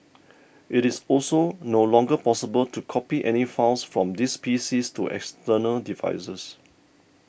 it is also no longer possible to copy any files from these PCs to external devices